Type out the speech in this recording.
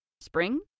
spring